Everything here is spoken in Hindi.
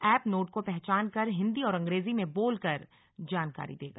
ऐप नोट को पहचानकर हिन्दी और अंग्रेजी में बोलकर जानकारी देगा